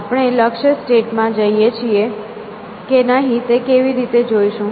આપણે લક્ષ્ય સ્ટેટ માં છીએ કે નહીં તે કેવી રીતે જોઈશું